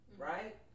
Right